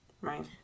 right